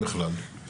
אין ספק בכלל.